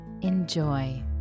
Enjoy